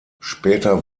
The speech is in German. später